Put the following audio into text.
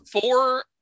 Four